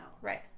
Right